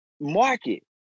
market